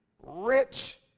rich